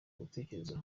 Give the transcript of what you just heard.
gutekereza